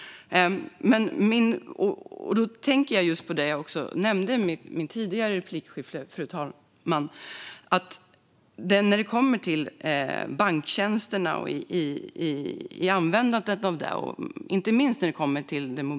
Jag nämnde banktjänster i det förra replikskiftet, fru talman.